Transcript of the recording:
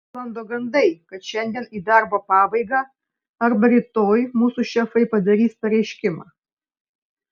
sklando gandai kad šiandien į darbo pabaigą arba rytoj mūsų šefai padarys pareiškimą